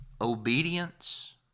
obedience